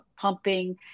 pumping